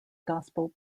gospel